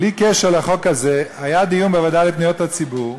בלי קשר לחוק הזה, היה דיון בוועדה לפניות הציבור,